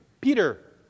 Peter